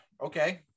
Okay